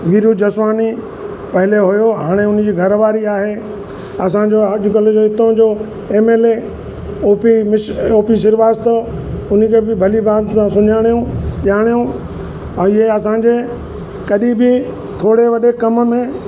वीरु जसवानी पेहले हुओ हाणे हुन जी घर वारी आहे असांजो अॼुकल्ह जो हितां जो एमएलए ओ पी मिश ओपी श्रीवास्तव उनी खे बि भली भांति सां सुञाणियूं ॼाणियूं ऐं इहे असांजे कॾहिं बी थोरे वॾे कम में